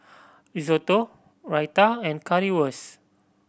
Risotto Raita and Currywurst